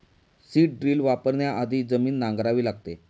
seed drill वापरण्याआधी जमीन नांगरावी लागते